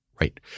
Right